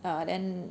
ah then